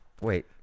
wait